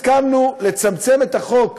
הסכמנו לצמצם את החוק,